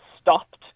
stopped